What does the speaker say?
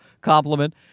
compliment